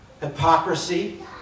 hypocrisy